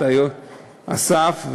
את אסף,